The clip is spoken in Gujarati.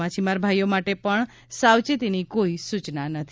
માછીમાર ભાઈઓ માટે પણ સાવચેતીની કોઈ સુચના નથી